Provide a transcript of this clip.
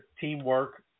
teamwork